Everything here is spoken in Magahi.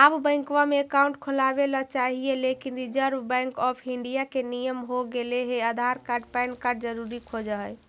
आब बैंकवा मे अकाउंट खोलावे ल चाहिए लेकिन रिजर्व बैंक ऑफ़र इंडिया के नियम हो गेले हे आधार कार्ड पैन कार्ड जरूरी खोज है?